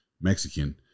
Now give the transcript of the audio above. Mexican